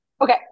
Okay